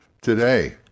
today